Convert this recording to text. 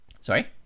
Sorry